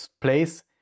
place